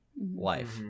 wife